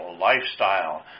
lifestyle